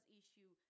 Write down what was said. issue